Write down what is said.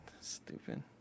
Stupid